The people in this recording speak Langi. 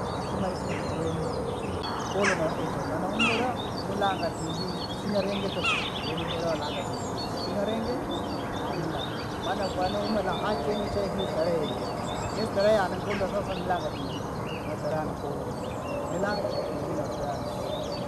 Fuma niisile kijiweni, kikuulu nooicho kana humwira, nulanga tv kusina ringi tuku zaidi ya ulanga tv, kusina ringi! Hamna maana kwa nohumula ha chingi che histarehe ingi. Ni starehe ya nenkula sasa nilanga tv noostarehe nhuulu eehe, nilanga tv noostarehe no nkuulu.